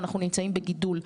ואנחנו נמצאים בגידול.